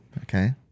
Okay